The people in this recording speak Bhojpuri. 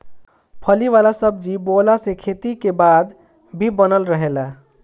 फली वाला सब्जी बोअला से खेत में खाद भी बनल रहेला